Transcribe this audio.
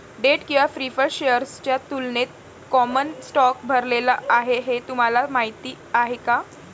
Date किंवा preferred शेअर्सच्या तुलनेत कॉमन स्टॉक भरलेला आहे हे तुम्हाला माहीत आहे का?